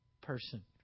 person